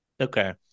okay